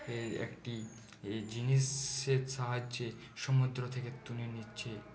এই একটি জিনিসের সাহায্যে সমুদ্র থেকে তুলে নিচ্ছে